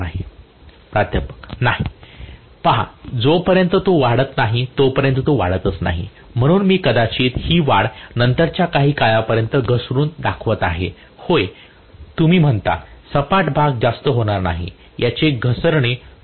प्राध्यापक नाही पहा जोपर्यंत तो वाढत नाही तोपर्यंत तो वाढतच नाही म्हणून मी कदाचित ही वाढ नंतरच्या काही काळापर्यंत घसरुन दाखवत आहे होय तुम्ही म्हणता सपाट भाग जास्त होणार नाही त्याचे घसरणे सुरू केले पाहिजे